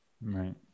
right